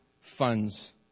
funds